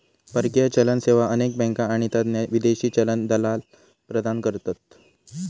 परकीय चलन सेवा अनेक बँका आणि तज्ञ विदेशी चलन दलाल प्रदान करतत